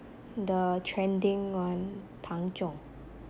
the trending one 汤种